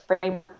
framework